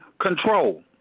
control